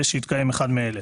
ושהתקיים אחד מאלה: